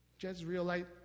Jezreelite